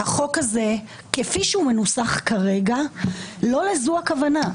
שהחוק הזה, כפי שהוא מנוסח כרגע, לא זו הכוונה.